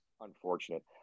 unfortunate